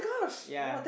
ya